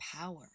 power